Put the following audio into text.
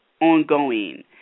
ongoing